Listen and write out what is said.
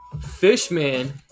fishman